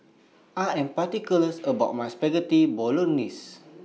I Am particular about My Spaghetti Bolognese